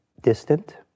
distant